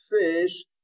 fish